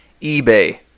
eBay